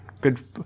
good